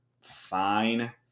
fine